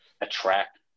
attract